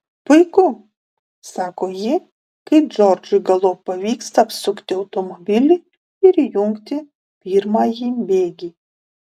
puiku sako ji kai džordžui galop pavyksta apsukti automobilį ir įjungti pirmąjį bėgį